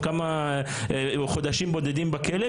או כמה חודשים בודדים בכלא,